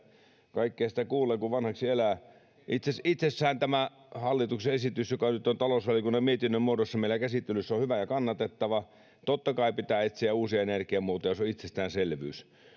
kaikkea sitä kuulee kun vanhaksi elää itsessään itsessään tämä hallituksen esitys joka nyt on talousvaliokunnan mietinnön muodossa meillä käsittelyssä on hyvä ja kannatettava totta kai pitää etsiä uusia energiamuotoja se on itsestäänselvyys ja